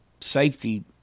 safety